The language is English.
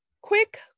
Quick